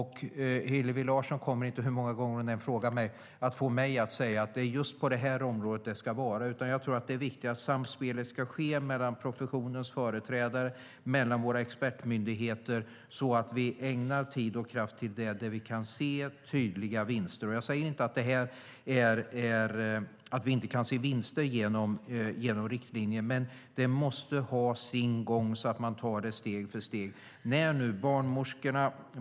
Hillevi Larsson kommer inte att få mig, hur många gånger hon än frågar, att säga att det är just så här det ska vara på det här området. Samspelet ska ske mellan professionens företrädare och våra expertmyndigheter. Vi ska ägna vår kraft och tid åt det där vi kan se tydliga vinster. Jag säger inte att vi inte kan se några vinster genom riktlinjer, men det här måste ha sin gång, och vi ska göra det här steg för steg.